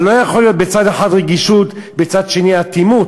אבל לא יכול להיות בצד אחד רגישות ובצד שני אטימות.